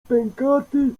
pękaty